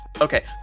Okay